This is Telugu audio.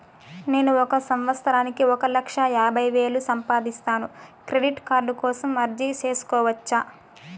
నేను ఒక సంవత్సరానికి ఒక లక్ష యాభై వేలు సంపాదిస్తాను, క్రెడిట్ కార్డు కోసం అర్జీ సేసుకోవచ్చా?